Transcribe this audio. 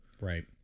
Right